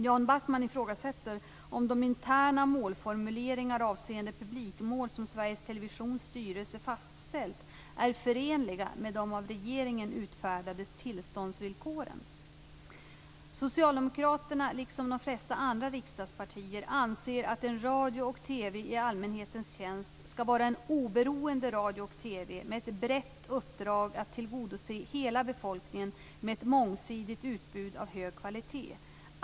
Jan Backman ifrågasätter om de interna målformuleringar avseende publikmål som Sveriges Televisions styrelse fastställt är förenliga med de av regeringen utfärdade tillståndsvillkoren. Socialdemokraterna, liksom de flesta andra riksdagspartier, anser att en radio och TV i allmänhetens tjänst skall vara en oberoende radio och TV med ett brett uppdrag att tillgodose hela befolkningen med ett mångsidigt utbud av hög kvalitet.